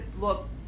look